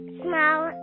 small